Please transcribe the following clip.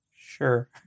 Sure